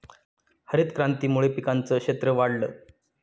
हरितक्रांतीमुळे पिकांचं क्षेत्र वाढलं